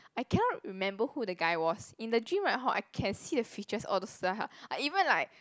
I cannot remember who that guy was in the dream right hor I can see the features all the stuff I even like